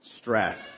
stress